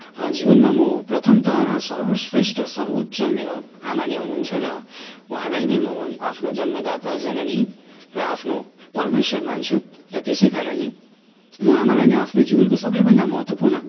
जीवनमा म प्रथम त सर्वश्रेष्ठ सर्वोच्च मेरो आमा नै हुनुहुन्छ र उहाँलाई नै म आफ्नो जन्मदाता जननी र आफ्नो परमेश्वर मान्छु र त्यसै कारण नै म आमालाई नै आफ्नो जीवनको सबैभन्दा महत्त्वपूर्ण